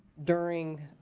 during